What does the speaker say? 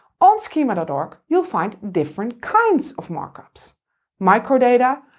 on schema but org, you'll find different kinds of markups microdata,